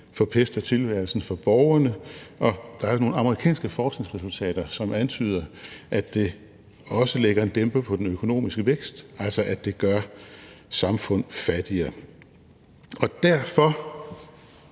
forpester tilværelsen for borgerne, og der er nogle amerikanske forskningsresultater, som antyder, at det også lægger en dæmper på den økonomiske vækst – altså at det gør samfundet fattigere. Derfor